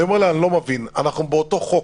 אני אומר לה: אני לא מבין, אנחנו באותו חוק,